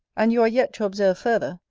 and you are yet to observe further,